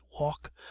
walk